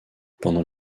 pendant